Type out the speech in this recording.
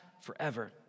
forever